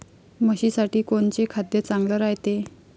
म्हशीसाठी कोनचे खाद्य चांगलं रायते?